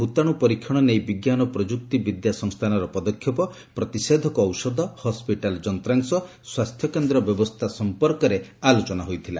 ଭୂତାଣୁ ପରୀକ୍ଷଣ ନେଇ ବିଜ୍ଞାନ ଓ ପ୍ରଯୁକ୍ତି ବିଦ୍ୟା ସଂସ୍ଥାନର ପଦକ୍ଷେପ ପ୍ରତିଷେଧକ ଔଷଧ ହସ୍କିଟାଲ୍ ଯନ୍ତାଂଶ ସ୍ୱାସ୍ଥ୍ୟକେନ୍ଦ୍ର ବ୍ୟବସ୍ଥା ସମ୍ପର୍କରେ ମନ୍ତିସ୍ତରୀୟ ବୈଠକରେ ଆଲୋଚନା ହୋଇଥିଲା